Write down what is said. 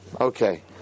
Okay